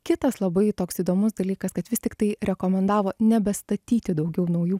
kitas labai toks įdomus dalykas kad vis tiktai rekomendavo nebestatyti daugiau naujų